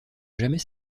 jamais